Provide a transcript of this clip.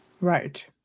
Right